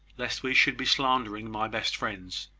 lest we should be slandering my best friends.